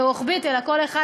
אלא כל אחד,